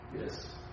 Yes